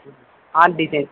heart design